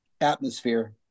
atmosphere